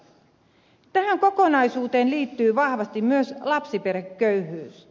tähän kokonaisuuteen liittyy vahvasti myös lapsiperheköyhyys